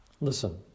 listen